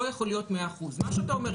לא יכול להיות 100%. מה שאתה אומר,